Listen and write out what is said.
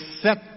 set